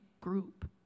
group